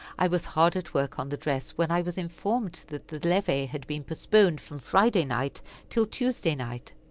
i was hard at work on the dress, when i was informed that the levee had been postponed from friday night till tuesday night.